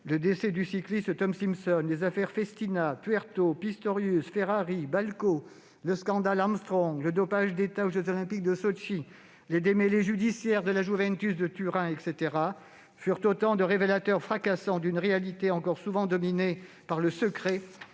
le décès du cycliste Tom Simpson, les affaires Festina, Puerto, Pistorius, Ferrari, Balco, le scandale Armstrong, le dopage d'État aux jeux Olympiques de Sotchi, les démêlés judiciaires de la Juventus de Turin, pour ne citer qu'eux, furent autant de révélateurs fracassants d'une réalité encore souvent dominée par le secret